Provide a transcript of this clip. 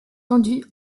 tendus